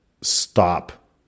stop